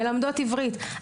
מלמדות עברית,